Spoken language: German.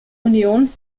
union